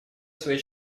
свои